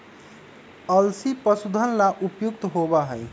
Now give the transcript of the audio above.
अलसी पशुधन ला उपयुक्त होबा हई